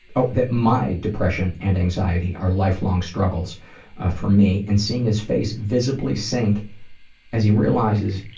oh, that my depression and anxiety are lifelong struggles for me and seeing his face visibly sink as he realizes,